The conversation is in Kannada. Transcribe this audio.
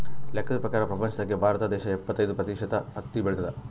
ಲೆಕ್ಕದ್ ಪ್ರಕಾರ್ ಪ್ರಪಂಚ್ದಾಗೆ ಭಾರತ ದೇಶ್ ಇಪ್ಪತ್ತೈದ್ ಪ್ರತಿಷತ್ ಹತ್ತಿ ಬೆಳಿತದ್